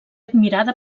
admirada